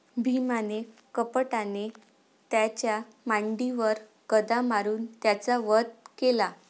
भीमाने कपटाने त्याच्या मांडीवर गदा मारून त्याचा वध केला